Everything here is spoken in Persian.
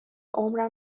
عمرم